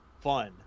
fun